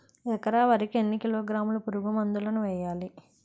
ఎకర వరి కి ఎన్ని కిలోగ్రాముల పురుగు మందులను వేయాలి?